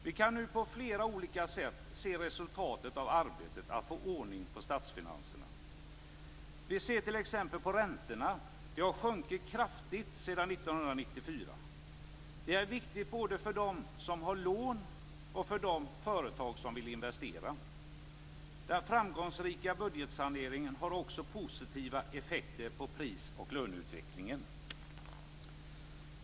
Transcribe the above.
Vi kan nu på olika sätt se resultatet av arbetet att få ordning på statsfinanserna. Vi ser det t.ex. på räntorna. De har sjunkit kraftigt sedan 1994. Det är viktigt både för dem som har lån och för de företag som vill investera. Den framgångsrika budgetsaneringen har också positiva effekter på pris och löneutvecklingen.